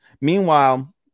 Meanwhile